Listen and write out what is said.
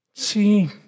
see